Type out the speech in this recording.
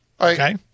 Okay